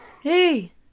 Hey